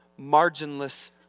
marginless